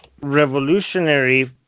revolutionary